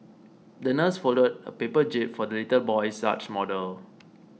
the nurse folded a paper jib for the little boy's yacht model